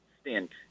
stint